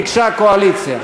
ביקשה הקואליציה.